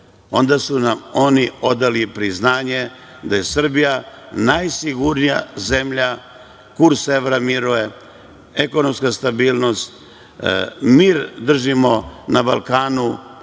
onda su nam oni odali priznanje da je Srbija najsigurnija zemlja, kurs evra miruje, ekonomska stabilnost, mir držimo na Balkanu,